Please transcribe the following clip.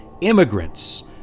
immigrants